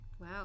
Wow